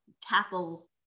tackle